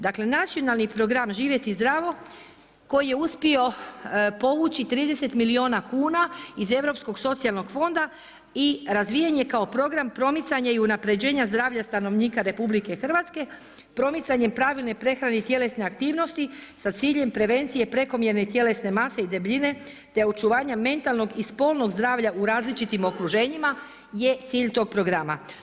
Dakle, Nacionalni program „Živjeti zdravo“ koji je uspio povući 30 milijuna kuna iz Europskog socijalnog fonda i razvijen je kao program promicanja i unapređenja zdravlja stanovnika RH promicanjem pravilne prehrane i tjelesne aktivnosti sa ciljem prevencije prekomjerne tjelesne mase i debljine, te očuvanja mentalnog i spolnog zdravlja u različitim okruženjima je cilj tog programa.